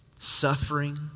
Suffering